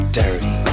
dirty